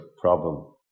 problem